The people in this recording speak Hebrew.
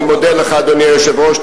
אני מודה לך, אדוני היושב-ראש.